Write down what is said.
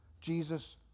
Jesus